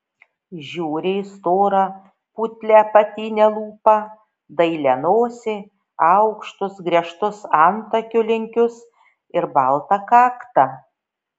žiūri į storą putlią apatinę lūpą dailią nosį aukštus griežtus antakių linkius ir baltą kaktą